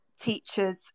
teachers